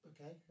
Okay